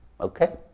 okay